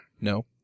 No